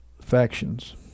factions